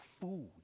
food